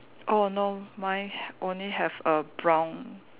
oh no mine ha~ only have a brown